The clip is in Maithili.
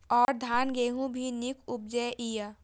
और धान गेहूँ भी निक उपजे ईय?